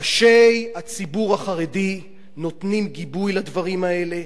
ראשי הציבור החרדי נותנים גיבוי לדברים האלה.